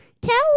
tell